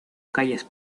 calles